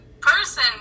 person